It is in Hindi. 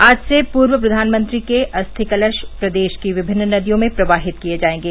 आज से पूर्व प्रधानमंत्री के अस्थि कलरा प्रदेश की विभिन्न नदियों में प्रवाहित किये जायेंगे